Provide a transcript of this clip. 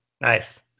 Nice